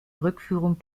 rückführung